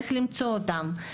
איך למצוא אותם?